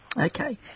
Okay